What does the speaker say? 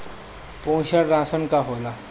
पोषण राशन का होला?